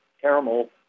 caramel